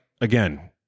again